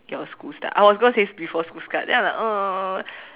your school start I was going to say before school start then I was like uh